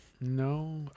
No